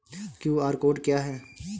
QR code क्या है?